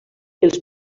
els